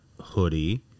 hoodie